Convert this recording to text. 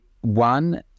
one